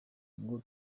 ngo